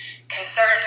concerned